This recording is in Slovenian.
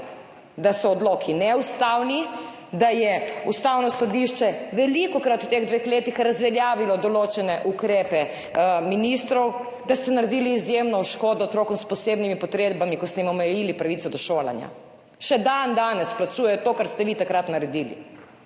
da so odloki neustavni, da je Ustavno sodišče velikokrat v teh dveh letih razveljavilo določene ukrepe ministrov, da ste naredili izjemno škodo otrokom s posebnimi potrebami, ko ste jim omejili pravico do šolanja. Še dandanes plačujejo to, kar ste vi takrat naredili.